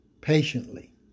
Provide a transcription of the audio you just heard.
patiently